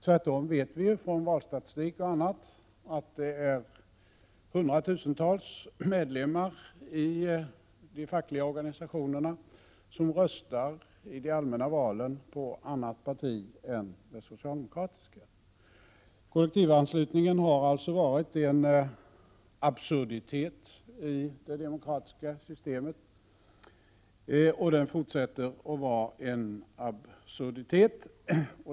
Tvärtom vet vi från valstatistik och annat att hundratusentals medlemmar i de fackliga organisationerna röstar i de allmänna valen på annat parti än det socialdemokratiska. Kollektivanslutningen har alltså varit en absurditet i det demokratiska systemet, och fortsätter att vara det.